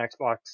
Xbox